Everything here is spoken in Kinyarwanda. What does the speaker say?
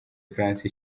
france